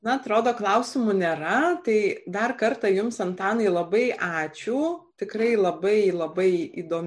na atrodo klausimų nėra tai dar kartą jums antanai labai ačiū tikrai labai labai įdomu